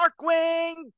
Darkwing